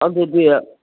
ꯑꯗꯨꯗꯤ